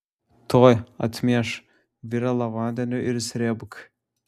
tuoj atmieš viralą vandeniu ir srėbk